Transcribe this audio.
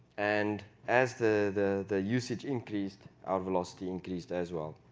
and as the the usage increased, our velocity increased as well.